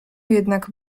jednak